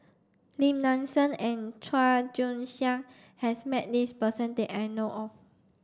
Lim Nang Seng and Chua Joon Siang has met this person that I know of